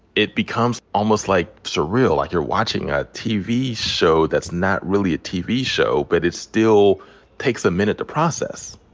it becomes almost like surreal, like you're watching a tv show that's not really a tv show but it still takes a minute to process.